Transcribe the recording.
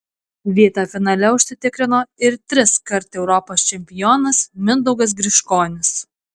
vietą finale užsitikrino ir triskart europos čempionas mindaugas griškonis